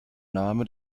name